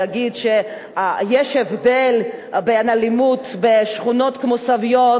מלהגיד שיש הבדל באלימות בשכונות כמו סביון